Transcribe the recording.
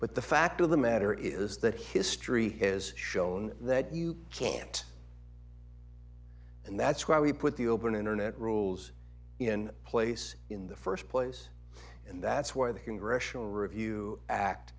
but the fact of the matter is that history has shown that you can't and that's why we put the open internet rules in place in the first place and that's why the congressional review act